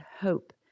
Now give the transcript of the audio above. hope